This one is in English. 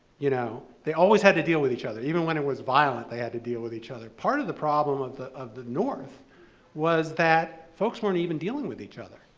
you know they always had to deal with each other. even when it was violent they had to deal with each other. part of the problem of the of the north was that folks weren't even dealing with each other.